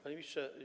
Panie Ministrze!